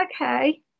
Okay